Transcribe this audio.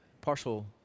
partial